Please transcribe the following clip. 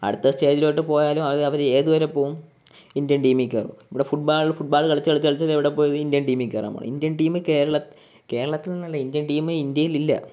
അടുത്ത സ്റ്റേജിലോട്ട് പോയാലും അത് അവരേതുവരെ പോകും ഇന്ത്യൻ ടീമിൽ കയറും ഇവിടെ ഫുട്ബോൾ ഫോട്ബോൾ കളിച്ചു കളിച്ച് ഇന്ത്യൻ ടീമിൽ കയറാൻ പോണ ഇന്ത്യൻ ടീമിൽ കേരള കേരളത്തിൽ നിന്നല്ല ഇന്ത്യൻ ടീമെ ഇന്ത്യയിലില്ല